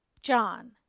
John